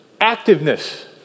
activeness